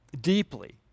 deeply